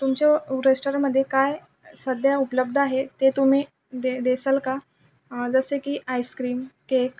तुमच्या रेस्टाॅरंटमध्ये काय सध्या उपलब्ध आहे ते तुम्ही दे देसल का जसे की आईस्क्रीम केक